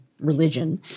religion